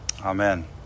Amen